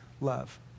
love